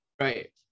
Right